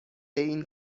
این